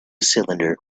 cylinder